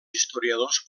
historiadors